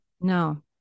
no